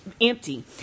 empty